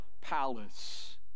palace